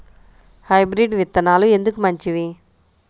Hybrid విత్తనాలు ఎందుకు మంచివి?